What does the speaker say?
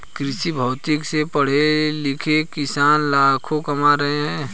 कृषिभौतिकी से पढ़े लिखे किसान लाखों कमा रहे हैं